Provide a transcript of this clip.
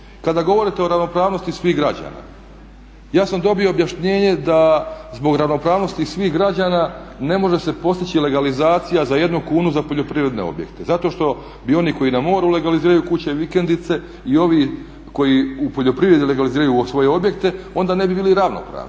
kada govorite o ravnopravnosti svih građana ja sam dobio objašnjenje da zbog ravnopravnosti svih građana ne može se postići legalizacija za jednu kunu za poljoprivredne objekte zato što bi oni koji na moru legaliziraju kuće vikendice i ovi koji u poljoprivredi legaliziraju svoje objekte onda ne bi bili ravnopravni